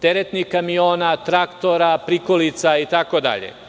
teretnih kamiona, traktora, prikolica itd?